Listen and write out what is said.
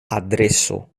adreso